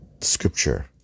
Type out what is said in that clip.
scripture